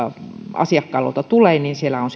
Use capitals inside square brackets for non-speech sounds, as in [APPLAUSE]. asiakkaan luota tulee niin siellä on [UNINTELLIGIBLE]